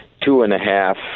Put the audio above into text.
two-and-a-half